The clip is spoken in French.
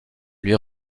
lui